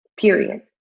period